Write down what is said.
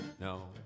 No